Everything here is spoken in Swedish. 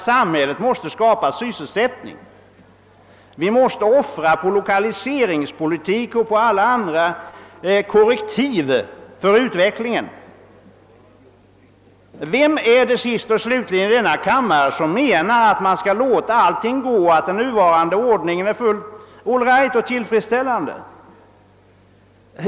Samhället måste offra pengar på lokaliseringspolitik och andra korrektiv för att leda utvecklingen i rätta banor. Finns det egentligen någon i denna kammare som menar att man skall låta allting löpa, att den nuvarande ord ningen är all right och tillfredsställande?